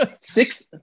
six